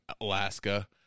Alaska